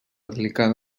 delicada